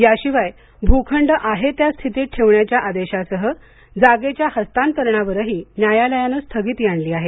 याशिवाय भूखंड आहे त्या स्थितीत ठेवण्याच्या आदेशासह जागेच्या हस्तांतरणावरही न्यायालयानं स्थगिती आणली आहे